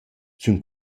sün